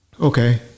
Okay